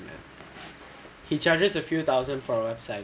he charges a few thousand for a website